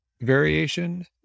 Variation